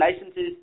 licenses